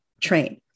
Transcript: train